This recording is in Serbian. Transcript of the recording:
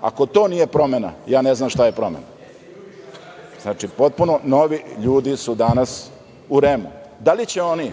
Ako to nije promena, ja ne znam šta je promena. Znači potpuno novi ljudi su danas u REM.Da li će oni